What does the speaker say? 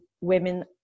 women